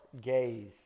gaze